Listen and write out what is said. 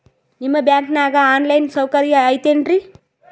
ನಿಮ್ಮ ಬ್ಯಾಂಕನಾಗ online ಸೌಕರ್ಯ ಐತೇನ್ರಿ?